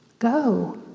Go